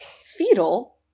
fetal